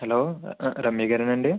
hello Ramya గారేనా అండి